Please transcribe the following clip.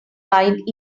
bind